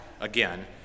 again